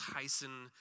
Tyson